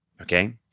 Okay